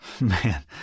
Man